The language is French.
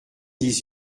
dix